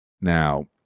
Now